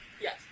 Yes